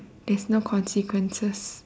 there's no consequences